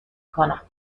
کنم